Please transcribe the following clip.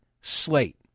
slate